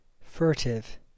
furtive